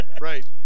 right